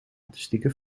artistieke